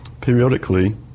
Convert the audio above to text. Periodically